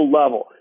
level